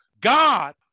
God